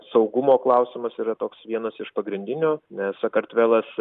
saugumo klausimas yra toks vienas iš pagrindinių nes sakartvelas